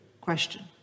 question